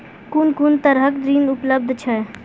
कून कून तरहक ऋण उपलब्ध छै?